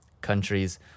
countries